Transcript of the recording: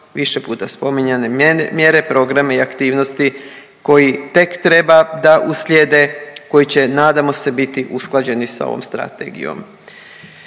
više puta spominjane mjere, programe i aktivnosti koji tek treba da uslijede, koji će, nadamo se, biti usklađeni sa ovom Strategijom.